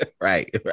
right